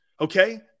Okay